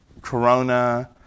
corona